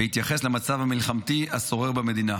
בהתייחס למצב המלחמתי השורר במדינה.